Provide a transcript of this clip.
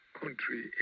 country